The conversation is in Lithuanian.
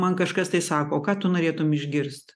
man kažkas tai sako ką tu norėtum išgirst